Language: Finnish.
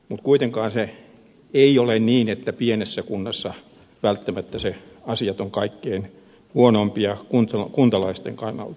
mutta kuitenkaan ei ole niin että pienessä kunnassa ne asiat ovat välttämättä kaikkein huonoimpia kuntalaisten kannalta